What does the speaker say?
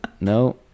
no